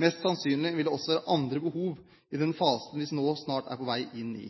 Mest sannsynlig vil det også være andre behov i den fasen vi nå snart er på vei inn i.